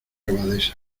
abadesa